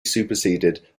superseded